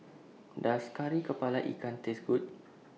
Does Kari Kepala Ikan Taste Good